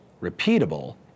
repeatable